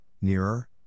nearer